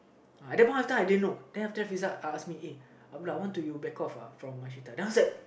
uh at that point of time I didn't know then after that Friza ask me uh uh why don't you back off uh from Mashita then I was like